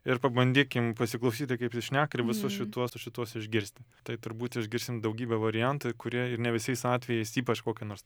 ir pabandykim pasiklausyti kaip jis šneka ir visus šituos šituos išgirsti tai turbūt išgirsim daugybę variantai kurie ir ne visais atvejais ypač kokią nors